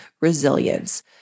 resilience